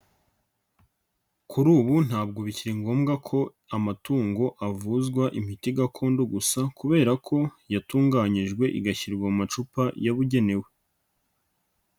Kuri ubu ntabwo bikiri ngombwa ko amatungo avuzwa imiti gakondo gusa, kubera ko yatunganyijwe igashyirwa mu macupa yabugenewe.